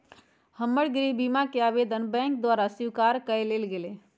हमर गृह बीमा कें आवेदन बैंक द्वारा स्वीकार कऽ लेल गेलय